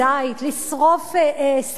לשרוף שדות,